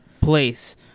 place